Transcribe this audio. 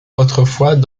autrefois